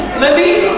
let me,